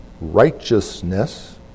righteousness